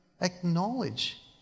acknowledge